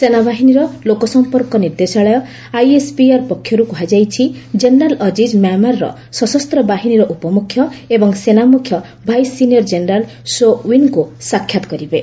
ସେନାବାହିନୀର ଲୋକସମ୍ପର୍କ ନିର୍ଦ୍ଦେଶାଳୟ ଆଇଏସ୍ପିଆର୍ ପକ୍ଷରୁ କୁହାଯାଇଛି ଜେନେରାଲ୍ ଅଜିଜ୍ ମ୍ୟାମାର୍ର ସଶସ୍ତ ବାହିନୀର ଉପମୁଖ୍ୟ ଏବଂ ସେନାମୁଖ୍ୟ ଭାଇସ୍ ସିନିୟର୍ କେନେରାଲ୍ ସୋ ୱିନ୍ଙ୍କୁ ସାକ୍ଷାତ କରିବେ